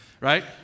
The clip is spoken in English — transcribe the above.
right